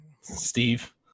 Steve